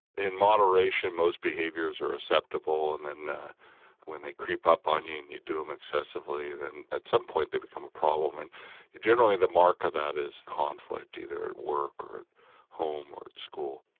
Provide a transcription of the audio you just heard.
in moderation most behaviours are acceptable, and then when they creep up on you and you do them excessively then at some point they become a problem. and generally the mark of that is conflict, either at work or home or at school.